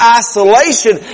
isolation